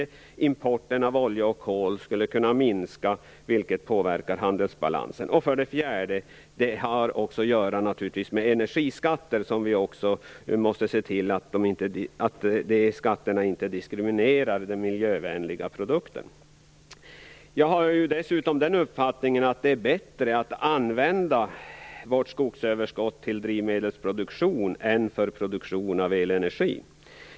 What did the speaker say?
Vi skulle kunna minska importen av olja och kol, och det skulle påverka handelsbalansen. För det fjärde måste vi se till att energiskatterna inte diskriminerar miljövänliga produkter. Jag har dessutom den uppfattningen att det är bättre att använda vårt skogsöverskott till drivmedelsproduktion än till produktion av elenergi.